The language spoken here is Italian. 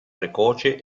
precoce